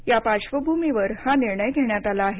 या पार्श्वभूमीवर हा निर्णय घेण्यात आला आहे